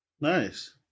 Nice